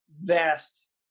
vast